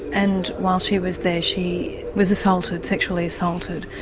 and while she was there she was assaulted, sexually assaulted.